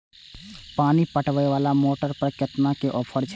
पानी पटवेवाला मोटर पर केतना के ऑफर छे?